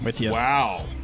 Wow